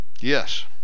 yes